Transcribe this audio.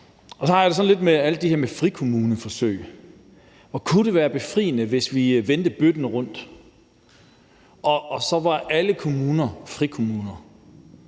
med alt det her med frikommuneforsøg, at hvor kunne det være befriende, hvis vi vendte bøtten rundt, så alle kommuner var frikommuner.